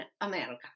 america